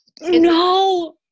No